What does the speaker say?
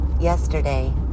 yesterday